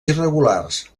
irregulars